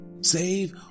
save